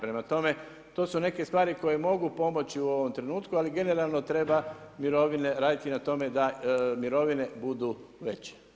Prema tome, to su neke stvari koje mogu pomoći u ovom trenutku ali generalno treba raditi na tome mirovine budu veće.